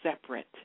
separate